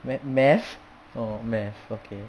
ma~ math oh math okay